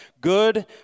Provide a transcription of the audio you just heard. good